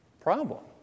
problem